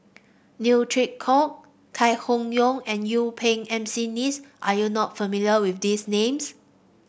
Neo Chwee Kok Chai Hon Yoong and Yuen Peng McNeice are you not familiar with these names